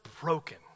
broken